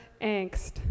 angst